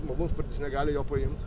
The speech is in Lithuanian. malūnsparnis negali jo paimt